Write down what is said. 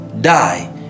die